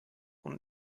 und